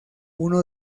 uno